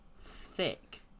thick